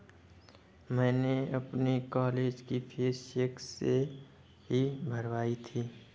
मैंने अपनी कॉलेज की फीस चेक से ही भरवाई थी